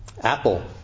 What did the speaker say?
apple